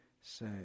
say